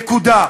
נקודה,